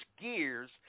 gears